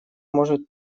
может